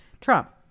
Trump